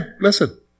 Listen